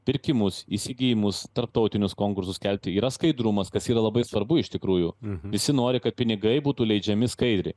pirkimus įsigijimus tarptautinius konkursus skelbti yra skaidrumas kas yra labai svarbu iš tikrųjų visi nori kad pinigai būtų leidžiami skaidriai